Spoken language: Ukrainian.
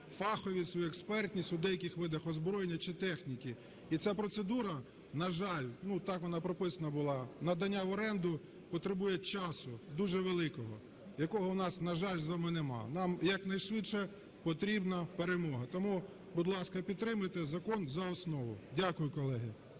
фаховість, і експертність у деяких видах озброєння чи техніки. І ця процедура, на жаль, ну так вона прописана була, надання в оренду потребує часу дуже великого, якого у нас, на жаль, з вами нема. Нам якнайшвидше потрібна перемога. Тому, будь ласка, підтримайте закон за основу. Дякую, колеги.